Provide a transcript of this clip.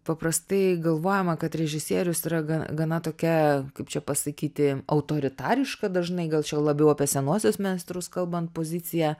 paprastai galvojama kad režisierius yra ga gana tokia kaip čia pasakyti autoritarišką dažnai gal čia labiau apie senuosius meistrus kalbant pozicija